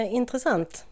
intressant